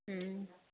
ꯎꯝ